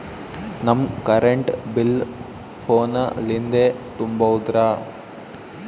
ನಮ್ current bill ಫೋನ ಲಿಂದೇ ತುಂಬೌದ್ರಾ?